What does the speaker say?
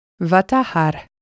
Vatahar